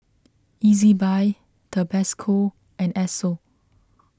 Ezbuy Tabasco and Esso